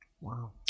Wow